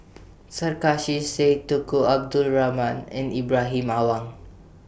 Sarkasi Said Tunku Abdul Rahman and Ibrahim Awang